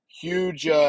huge